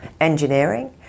engineering